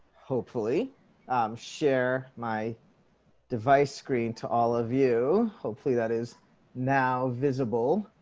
hopefully share my device screen to all of you. hopefully, that is now visible.